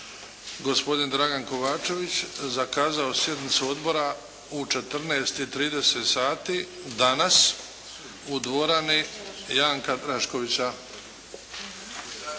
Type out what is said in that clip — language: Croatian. gospodin Dragan Kovačević zakazao sjednicu odbora u 14,30 sati danas u dvorani Janka Draškovića.